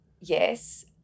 Yes